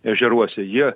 ežeruose jie